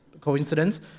coincidence